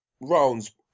rounds